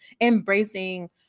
embracing